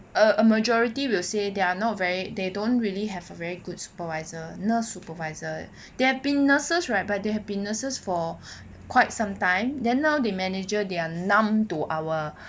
uh majority will say they are not very they don't really have a very good supervisor nurse supervisor they have been nurses right but they have been nurses for quite some time then now the manager they are numb to our